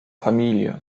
familie